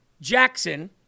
Jackson